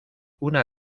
una